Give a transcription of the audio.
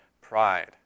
pride